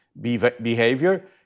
behavior